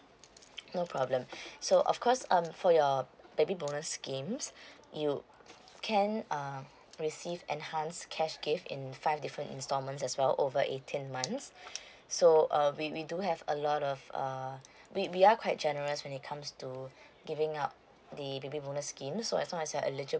no problems so of course um for your err baby bonus scheme you can um receive enhance cash gave in five different installments as well over eighteen months so uh we we do have a lot of um we we are quite generous when it comes to giving out the baby bonus scheme so as long as you're eligible